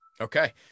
Okay